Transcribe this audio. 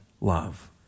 love